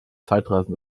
zeitreisen